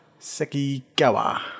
Sekigawa